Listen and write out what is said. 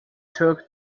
took